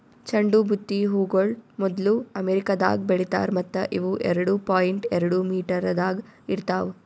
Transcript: ಚಂಡು ಬುತ್ತಿ ಹೂಗೊಳ್ ಮೊದ್ಲು ಅಮೆರಿಕದಾಗ್ ಬೆಳಿತಾರ್ ಮತ್ತ ಇವು ಎರಡು ಪಾಯಿಂಟ್ ಎರಡು ಮೀಟರದಾಗ್ ಇರ್ತಾವ್